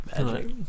Magic